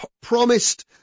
promised